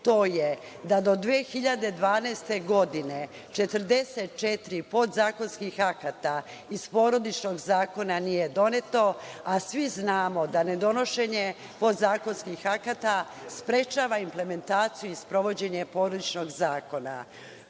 to je da do 2012. godine 44 podzakonskih akata iz Porodičnog zakona nije doneto, a svi znamo da ne donošenje podzakonskih akata sprečava implementaciju i sprovođenje Porodičnog zakona. Zakon